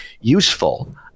useful